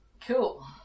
Cool